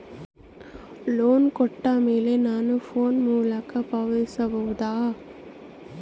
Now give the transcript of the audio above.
Loan ಕೊಟ್ಟ ಮೇಲೆ ನಾನು ಫೋನ್ ಮೂಲಕ ಪಾವತಿಸಬಹುದಾ?